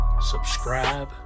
subscribe